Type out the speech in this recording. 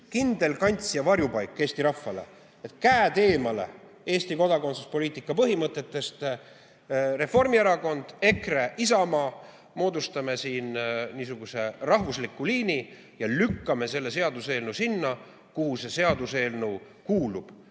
kindel kants ja varjupaik Eesti rahvale. Käed eemale Eesti kodakondsuspoliitika põhimõtetest! Reformierakond, EKRE ja Isamaa, moodustame siin niisuguse rahvusliku liini ja lükkame selle seaduseelnõu sinna, kuhu see kuulub.